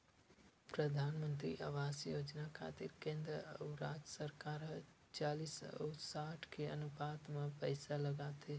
परधानमंतरी आवास योजना खातिर केंद्र अउ राज सरकार ह चालिस अउ साठ के अनुपात म पइसा लगाथे